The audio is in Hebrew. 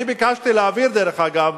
אני ביקשתי להעביר, דרך אגב,